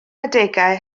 adegau